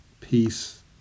peace